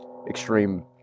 extreme